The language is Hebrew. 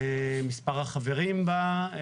מספר החברים בה,